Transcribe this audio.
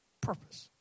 purpose